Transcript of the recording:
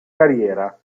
carriera